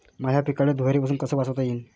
माह्या पिकाले धुयारीपासुन कस वाचवता येईन?